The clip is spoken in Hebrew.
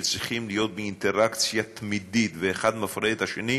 שצריכים להיות באינטראקציה תמידית ואחד מפרה את השני,